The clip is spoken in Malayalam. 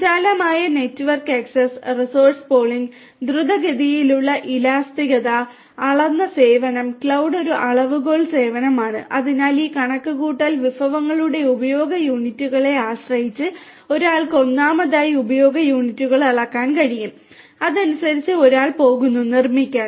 വിശാലമായ network access resource pooling cloud ഒരു അളവുകോൽ സേവനമാണ് അതിനാൽ ഈ കണക്കുകൂട്ടൽ വിഭവങ്ങളുടെ ഉപയോഗ യൂണിറ്റുകളെ ആശ്രയിച്ച് ഒരാൾക്ക് ഒന്നാമതായി ഉപയോഗ യൂണിറ്റുകൾ അളക്കാൻ കഴിയും അതനുസരിച്ച് ഒരാൾ പോകുന്നു നിർമ്മിക്കാൻ